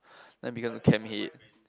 then become the camp head